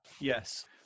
Yes